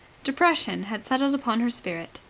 depression had settled upon her spirit.